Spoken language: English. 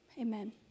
Amen